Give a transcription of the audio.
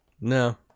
No